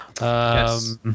Yes